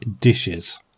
dishes